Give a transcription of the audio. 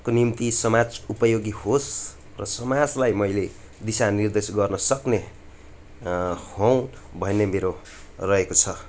को निम्ति समाज उपयोगी होस् र समाजलाई मैले दिशानिर्देश गर्नसक्ने हौँ भन्ने मेरो रहेको छ